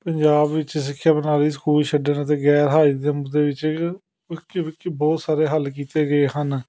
ਪੰਜਾਬ ਵਿੱਚ ਸਿੱਖਿਆ ਪ੍ਰਣਾਲੀ ਸਕੂਲ ਛੱਡਣ ਅਤੇ ਗੈਰ ਹਾਜ਼ਰੀ ਦੇ ਮੁੱਦੇ ਵਿੱਚ ਬਹੁਤ ਸਾਰੇ ਹੱਲ ਕੀਤੇ ਗਏ ਹਨ